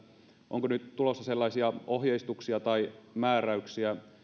onko nyt tulossa sellaisia ohjeistuksia tai määräyksiä